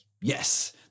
Yes